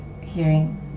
hearing